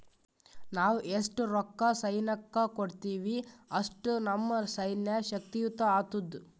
ನಾವ್ ಎಸ್ಟ್ ರೊಕ್ಕಾ ಸೈನ್ಯಕ್ಕ ಕೊಡ್ತೀವಿ, ಅಷ್ಟ ನಮ್ ಸೈನ್ಯ ಶಕ್ತಿಯುತ ಆತ್ತುದ್